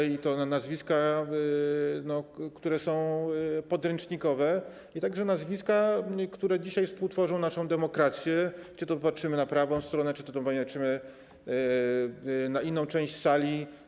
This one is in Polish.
Chodzi tu o nazwiska, które są podręcznikowe, a także o nazwiska, które dzisiaj współtworzą naszą demokrację, czy to patrzymy na prawą stronę, czy to patrzymy na inną część sali.